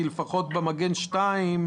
כי לפחות במגן 2,